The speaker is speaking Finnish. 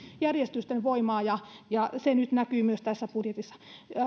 järjestöjen voimaa se nyt näkyy myös tässä budjetissa